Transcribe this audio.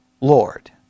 Lord